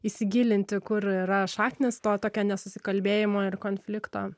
įsigilinti kur yra šaknys to tokio nesusikalbėjimo ir konflikto